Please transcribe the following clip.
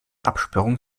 absperrungen